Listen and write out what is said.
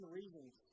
reasons